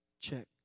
check